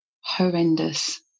horrendous